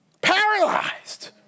Paralyzed